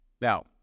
Now